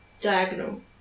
diagonal